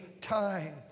time